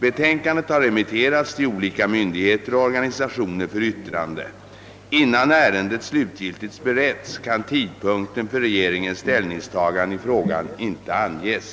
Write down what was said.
Betänkandet har remitterats till olika myndigheter och organisationer för yttrande. Innan ärendet slutgiltigt beretts kan tidpunkten för regeringens ställningstagande i frågan inte anges.